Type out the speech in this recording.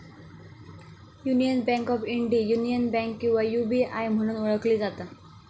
union bank of India, union bank किंवा UBI म्हणून ओळखली जाता